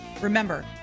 remember